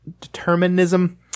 determinism